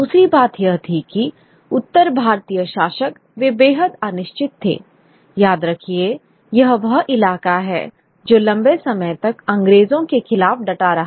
दूसरी बात यह थी कि उत्तर भारतीय शासक वे बेहद अनिश्चित थे याद रखिए यह वह इलाका है जो लंबे समय तक अंग्रेजों के खिलाफ डटा रहा